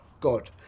God